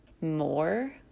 more